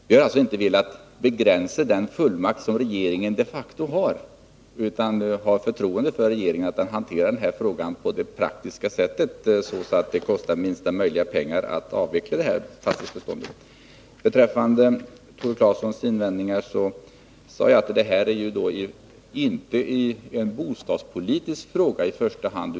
Vi har alltså inte velat begränsa den fullmakt som regeringen de facto har, utan vi har förtroende för att regeringen hanterar frågan på ett sådant sätt att det kostar minsta möjliga pengar att avveckla fastighetsbeståndet. Beträffande Tore Claesons invändning sade jag att detta inte är en bostadspolitisk fråga i första hand.